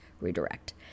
redirect